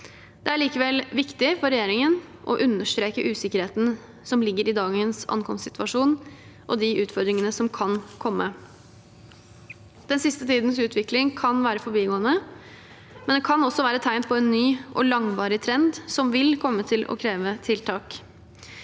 Det er likevel viktig for regjeringen å understreke usikkerheten som ligger i dagens ankomstsituasjon og de utfordringene som kan komme. Den siste tidens utvikling kan være forbigående, men den kan også være et tegn på en ny og langvarig trend, som vil komme til å kreve tiltak.